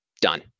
Done